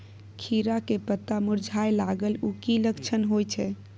खीरा के पत्ता मुरझाय लागल उ कि लक्षण होय छै?